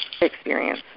experience